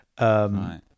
Right